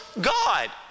God